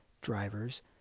drivers